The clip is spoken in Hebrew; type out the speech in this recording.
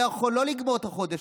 שלא יכול לא לגמור את החודש,